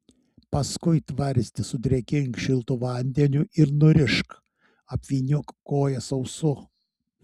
paskui tvarstį sudrėkink šiltu vandeniu ir nurišk apvyniok koją sausu